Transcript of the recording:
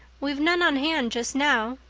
we've none on hand just now.